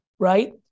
right